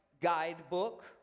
guidebook